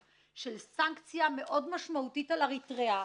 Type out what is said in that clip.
של סנקציה מאוד משמעותית על אריתריאה.